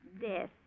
Death